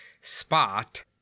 spot